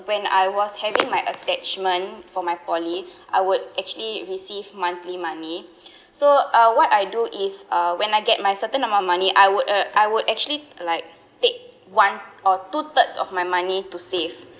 when I was having my attachment for my poly I would actually receive monthly money so uh what I do is uh when I get my certain amount of money I would uh I would actually like take one or two thirds of my money to save